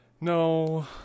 No